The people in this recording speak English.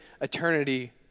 eternity